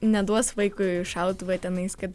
neduos vaikui šautuvą tenais kad